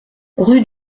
rue